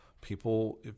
People